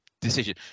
decision